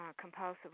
compulsive